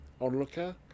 onlooker